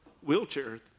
wheelchair